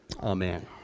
amen